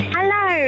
Hello